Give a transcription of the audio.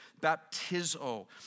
baptizo